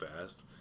fast